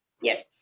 yes